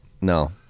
No